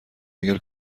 اگر